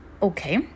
okay